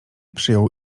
przyjął